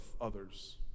others